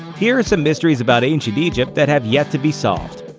here are some mysteries about ancient egypt that have yet to be solved.